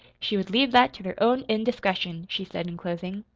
she would leave that to their own indiscretion, she said in closing.